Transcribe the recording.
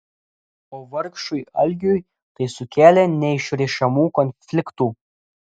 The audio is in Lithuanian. o vargšui algiui tai sukėlė neišrišamų konfliktų